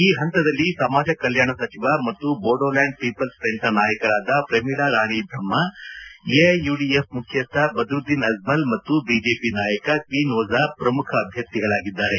ಈ ಹಂತದಲ್ಲಿ ಸಮಾಜಕಲ್ಯಾಣ ಸಚಿವ ಮತ್ತು ಬೋಡೋಲ್ಚಾಂಡ್ ಪೀಪಲ್ಪ್ ಫ್ರಂಟ್ನ ನಾಯಕರಾದ ಪ್ರಮೀಳಾ ರಾಣಿ ಬ್ರಹ್ಮ ಎಐಯುದಿಎಫ್ ಮುಖ್ಯಸ್ವ ಬದುದ್ಲೀನ್ ಅಜ್ಮಲ್ ಮತ್ತು ಬಿಜೆಪಿ ನಾಯಕ ಕ್ಲೀನ್ ಓಜಾ ಪ್ರಮುಖ ಅಭ್ಯರ್ಥಿಗಳಾಗಿದ್ದಾರೆ